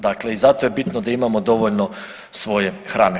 Dakle i zato je bitno da imamo dovoljno svoje hrane.